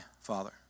Father